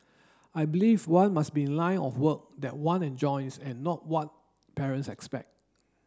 I believe one must be in a line of work that one enjoys and not what parents expect